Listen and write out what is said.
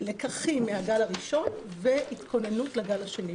לקחים מהגל הראשון והתכוננות לגל השני,